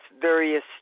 various